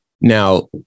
Now